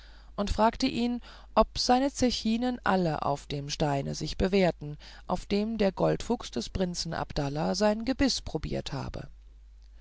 spaßmacher fragte ihn ob seine zechinen alle auf dem steine sich bewährten auf dem der goldfuchs des prinzen abdallah sein gebiß probiert habe